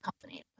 company